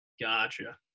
Gotcha